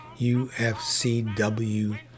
UFCW